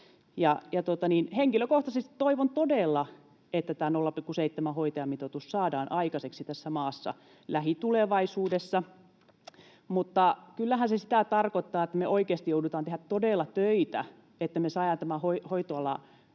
Henkilökohtaisesti toivon todella, että tämä 0,7-hoitajamitoitus saadaan aikaiseksi tässä maassa lähitulevaisuudessa. Mutta kyllähän se tarkoittaa sitä, että me oikeasti joudutaan todella tekemään töitä, että me saadaan tämä hoitoala